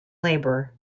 labour